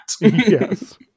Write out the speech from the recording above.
yes